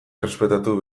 errespetatu